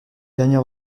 dernier